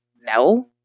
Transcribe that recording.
no